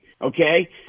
Okay